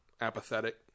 apathetic